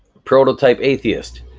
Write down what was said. prototype atheist,